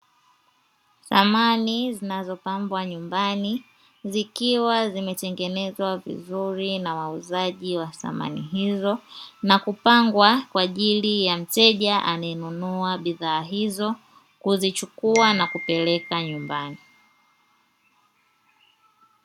Samani zinazopambwa nyumbani, zikiwa zimetengenezwa vizuri na wauzaji wa samani hizo na kupangwa kwa ajili ya mteja anayenunua bidhaa hizo, kuzichukua na kupeleka nyumbani.